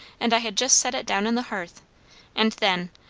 and i had just set it down on the hearth and then,